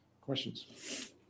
Questions